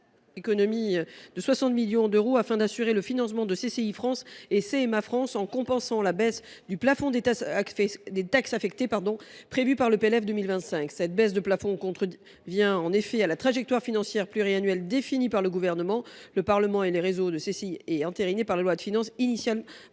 » doté de 60 millions d’euros afin d’assurer le financement de CCI France et CMA France, en compensant la baisse du plafond des taxes affectées prévue par le PLF pour 2025. Cette baisse du plafond contrevient à la trajectoire financière pluriannuelle définie par le Gouvernement, le Parlement et le réseau des chambres de commerce et